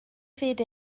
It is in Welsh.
fyd